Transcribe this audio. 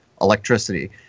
electricity